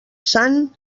sant